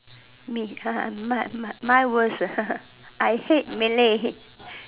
me mine mine mine worse I hate Malay